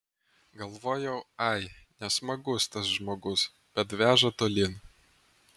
galvoju ai nesmagus tas žmogus bet veža tolyn